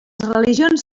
religions